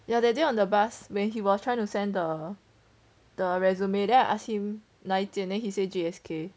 ya that day on the bus when he was trying to send the the resume then I ask him 哪一间 then he say G_S_K